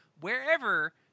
wherever